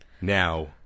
now